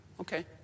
Okay